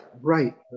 right